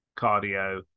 cardio